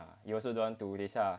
you also don't want to 等一下